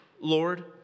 Lord